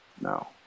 no